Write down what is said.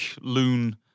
loon